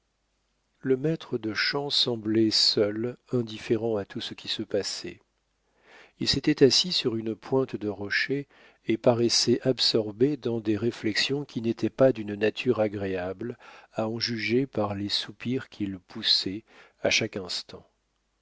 le maître de chant semblait seul indifférent à tout ce qui se passait il s'était assis sur une pointe de rocher et paraissait absorbé dans des réflexions qui n'étaient pas d'une nature agréable à en juger par les soupirs qu'il poussait à chaque instant